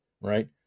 right